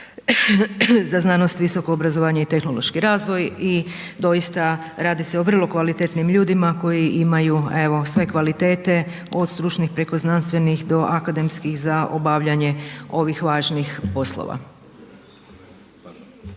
za znanost, visoko obrazovanje i tehnološki razvoj i doista radi se vrlo kvalitetnim ljudima koji imaju evo sve kvalitete od stručnih preko znanstvenih do akademskih za obavljanje ovih važnih poslova.